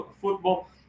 football